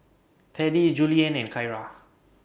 Teddy Julianne and Kyara